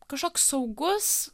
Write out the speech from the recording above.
kažkoks saugus